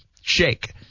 shake